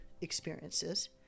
experiences